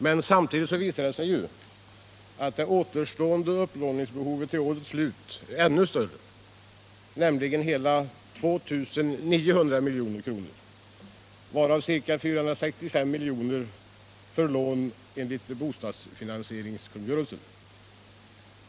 Men enkäten visar också att det återstående upplåningsbehovet till årets slut är ännu större, nämligen hela 2900 milj.kr., varav ca 465 milj.kr. för lån enligt bostadsfinansieringskungörelsen.